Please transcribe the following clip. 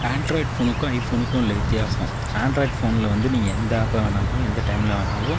Android போனுக்கும் ஐபோனுக்கும் உள்ள வித்யாசம் ஆண்ட்ராய்டு போனில் வந்து நீங்கள் எந்த ஆப்பை வேணாலும் எந்த டைமில் வேணாலும்